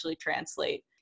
Translate